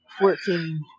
Fourteen